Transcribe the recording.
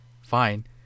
fine